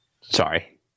sorry